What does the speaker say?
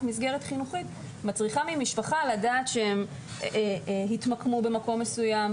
מסגרת חינוכית מצריכה ממשפחה לדעת שהיא התמקמה במקום מסוים,